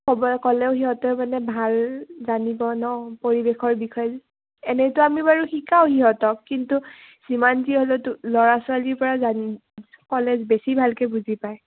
ক'ব ক'লেও সিহঁতে মানে ভাল জানিব নহ্ পৰিৱেশৰ বিষয়ে এনেইতো আমি বাৰু শিকাওঁ সিহঁতক কিন্তু যিমান যি হ'লেতো ল'ৰা ছোৱালীৰ পৰা জানি ক'লে বেছি ভালকৈ বুজি পায়